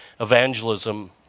evangelism